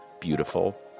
beautiful